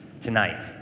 tonight